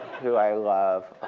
who i love,